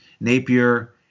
Napier